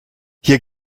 hier